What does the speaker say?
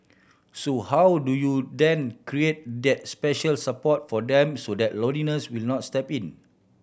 so how do you then create that special support for them so that loneliness will not step in